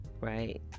Right